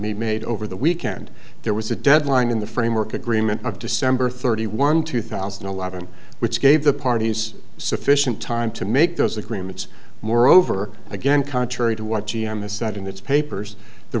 be made over the weekend there was a deadline in the framework agreement of december thirty one two thousand and eleven which gave the parties sufficient time to make those agreements moreover again contrary to what g m is said in its papers the